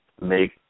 make